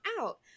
out